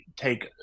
take